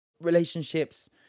relationships